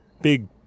Big